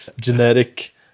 Genetic